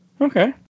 okay